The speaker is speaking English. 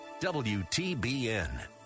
WTBN